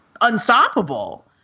unstoppable